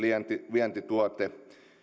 vientituote